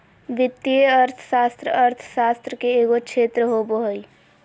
वित्तीय अर्थशास्त्र अर्थशास्त्र के एगो क्षेत्र होबो हइ